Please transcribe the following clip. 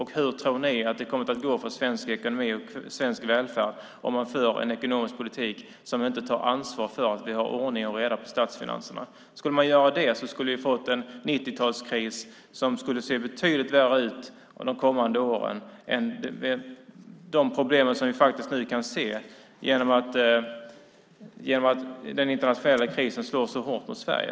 Hur tror ni att det kommer att gå för svensk ekonomi och svensk välfärd om man för en ekonomisk politik som inte tar ansvar för att vi har ordning och reda i statsfinanserna? Skulle man göra det skulle vi ha fått en 90-talskris som skulle se betydligt värre ut de kommande åren än de problem som vi kan se nu när den internationella krisen slår så hårt mot Sverige.